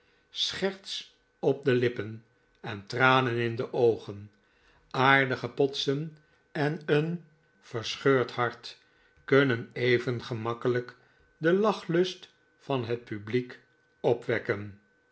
scherts op de lippen en tranen in de oogen aardige potsen en een verscheurd hart kunnen even gemakkelijk den lachlust van het publiek opwekken